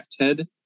Ted